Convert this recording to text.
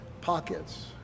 pockets